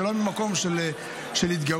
שלא ממקום של התגרות,